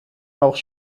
auch